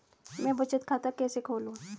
मैं बचत खाता कैसे खोलूं?